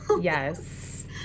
Yes